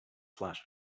flash